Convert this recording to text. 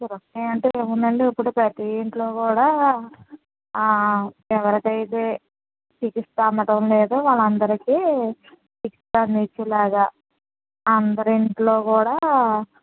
సురక్ష అంటే ఏముందండి ఇప్పుడు ప్రతి ఇంట్లో కూడా అ ఎవరికైతే చికిత్స అందటం లేదో వాళ్లందరికీ చికిత్యను ఇచ్చేలగా అందరి ఇంట్లో కూడా